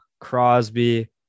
Crosby